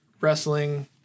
wrestling